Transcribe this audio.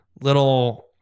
little